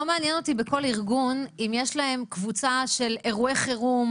לא מעניין אותי בכל ארגון אם יש להם קבוצה של אירועי חירום,